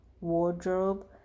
wardrobe